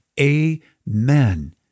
amen